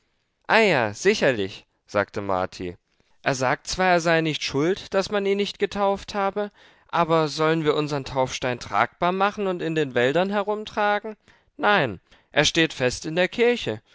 eia sicherlich sagte marti er sagt zwar er sei nicht schuld daß man ihn nicht getauft habe aber sollen wir unseren taufstein tragbar machen und in den wäldern herumtragen nein er steht fest in der kirche